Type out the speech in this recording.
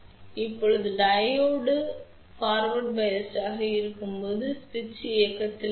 எனவே இப்போது டையோடு முன்னோக்கி சார்புடையதாக இருக்கும்போது சுவிட்ச் இயக்கத்தில் இருக்கும்